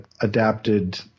adapted